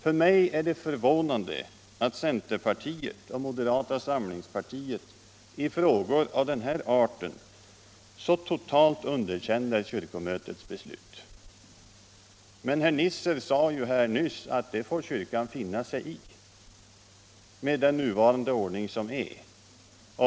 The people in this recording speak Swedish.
För mig är det förvånande att centerpartiet och moderata samlingspartiet i frågor av denna art så totalt underkänner kyrkomötets beslut. Herr Nisser sade här nyss att kyrkan med den nuvarande ordningen får finna sig i en sådan behandling.